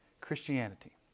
Christianity